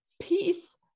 peace